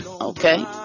okay